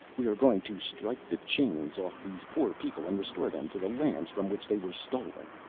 we are going to strike the chains off these poor people and restore them to the lands from which they were stolen.